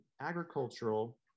agricultural